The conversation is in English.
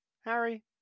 Harry